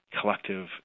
collective